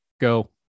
go